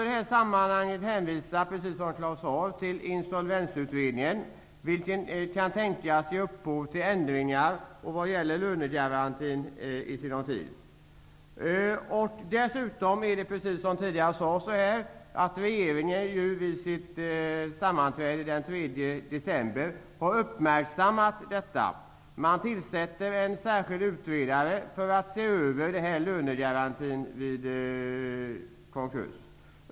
I det här sammanhanget vill jag, precis som Claus Zaar, hänvisa till insolvensutredningen, som kan tänkas ge upphov till ändringar av lönegarantin i sinom tid. Även vid regeringens sammanträde den 3 december har detta uppmärksammats, och en särskild utredare har tillsatts för att se över reglerna om lönegaranti vid konkurs.